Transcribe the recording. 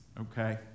okay